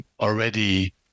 already